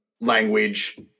language